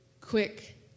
quick